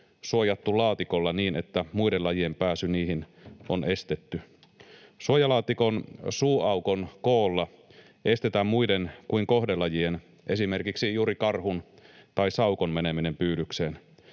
suojattu laatikolla niin, että muiden lajien pääsy niihin on estetty. Suojalaatikon suuaukon koolla estetään muiden kuin kohdelajien, esimerkiksi juuri karhun tai saukon, meneminen pyydykseen.